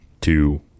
two